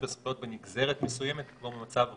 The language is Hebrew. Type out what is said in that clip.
בזכויות בנגזרת מסוימת כמו במצב רגיל.